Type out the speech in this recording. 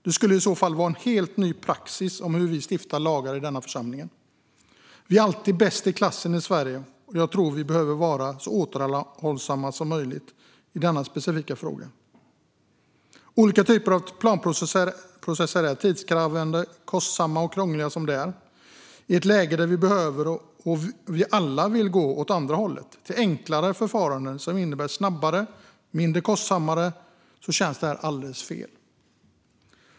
Det skulle i så fall vara en helt ny praxis om hur vi stiftar lag i denna församling. Vi är alltid bäst i klassen i Sverige. Men jag tror att vi behöver vara så återhållsamma som möjligt i denna specifika fråga. Olika typer av planprocesser är tidskrävande, kostsamma och krångliga som de är. I ett läge där vi alla vill gå åt andra hållet till enklare förfaranden som är snabbare och mindre kostsamma känns detta alldeles fel.